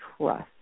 trust